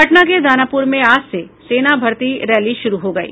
पटना के दानापुर में आज से सेना भर्ती रैली शुरू हो गयी